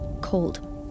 Cold